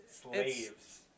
Slaves